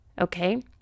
Okay